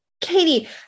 Katie